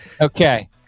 Okay